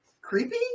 creepy